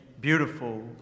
beautiful